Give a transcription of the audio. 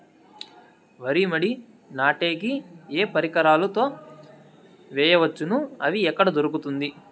వరి మడి నాటే కి ఏ పరికరాలు తో వేయవచ్చును అవి ఎక్కడ దొరుకుతుంది?